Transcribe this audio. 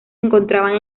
encontraban